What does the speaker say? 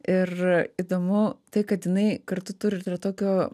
ir įdomu tai kad jinai kartu turi ir tokio